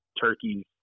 turkeys